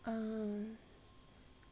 um